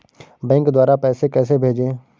Bank द्वारा पैसे कैसे भेजें?